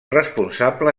responsable